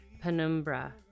Penumbra